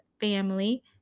family